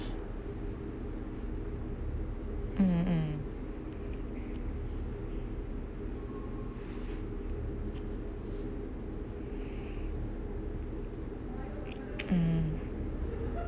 mm mm mm